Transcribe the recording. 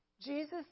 Jesus